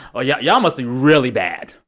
oh, yeah y'all must be really bad.